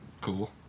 cool